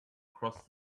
across